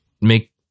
make